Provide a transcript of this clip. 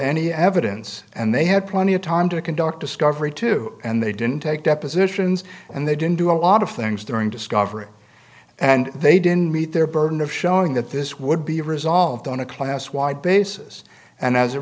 any evidence and they had plenty of time to conduct discovery too and they didn't take depositions and they didn't do a lot of things during discovery and they didn't meet their no showing that this would be resolved on a class wide basis and as a